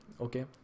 okay